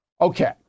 Okay